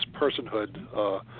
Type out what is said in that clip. personhood